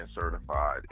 certified